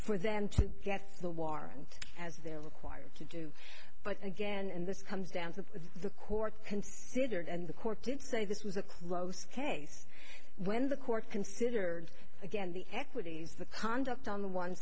for them to get the warrant as they're required to do but again and this comes down to the court considered and the court didn't say this was a close case when the court considered again the equities the conduct on one